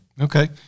Okay